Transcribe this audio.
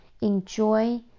Enjoy